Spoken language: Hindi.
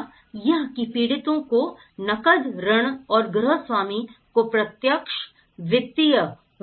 पहला यह कि पीड़ितों को नकद ऋण और गृहस्वामी को प्रत्यक्ष वित्तीय